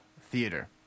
theater